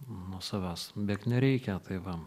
nuo savęs bėgt nereikia tai va